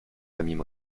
familles